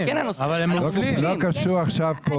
זה לא קשור למה שאנחנו דנים עכשיו.